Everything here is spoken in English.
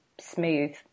smooth